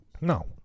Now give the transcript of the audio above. No